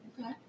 Okay